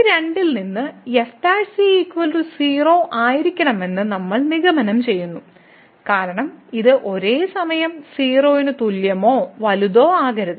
ഈ രണ്ടിൽ നിന്ന് f 0 ആയിരിക്കണമെന്ന് നമ്മൾ നിഗമനം ചെയ്യുന്നു കാരണം ഇത് ഒരേ സമയം 0 ന് തുല്യമോ വലുതോ ആകരുത്